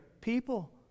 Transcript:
people